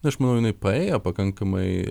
aš manau jinai paėjo pakankamai